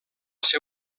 ser